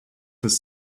his